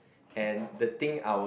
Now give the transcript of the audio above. and the thing I'll